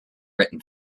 written